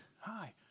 Hi